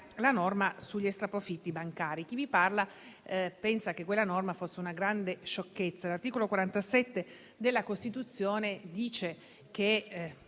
sulla norma sugli extraprofitti bancari. Chi vi parla pensa che quella norma fosse una grande sciocchezza. L'articolo 47 della Costituzione dice che